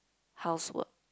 housework